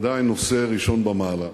בוודאי נושא ראשון במעלה.